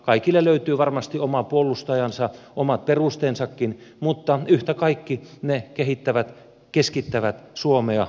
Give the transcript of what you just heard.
kaikille löytyy varmasti oma puolustajansa omat perusteensakin mutta yhtä kaikki ne keskittävät suomea